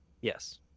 Yes